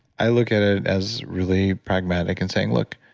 i look at it as really pragmatic and saying, look,